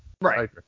Right